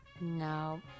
No